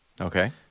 Okay